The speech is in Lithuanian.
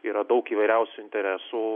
yra daug įvairiausių interesų